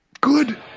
Good